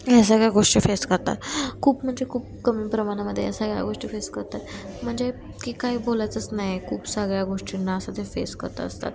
ह्या सगळ्या गोष्टी फेस करतात खूप म्हणजे खूप कमी प्रमाणामध्ये या सगळ्या गोष्टी फेस करतात म्हणजे की काय बोलायचंच नाही खूप सगळ्या गोष्टींना असं ते फेस करत असतात